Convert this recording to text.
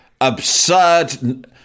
absurd